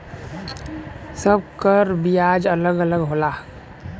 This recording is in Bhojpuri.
सब कर बियाज अलग अलग होला